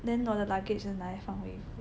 连我的 luggage 也拿来放我衣服